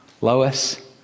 Lois